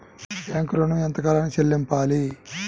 Bank ఋణం ఎంత కాలానికి చెల్లింపాలి?